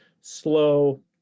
slow